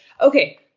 Okay